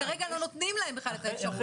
כרגע לא נותנים להם בכלל את האפשרות.